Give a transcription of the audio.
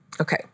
Okay